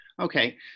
okay